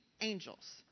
angels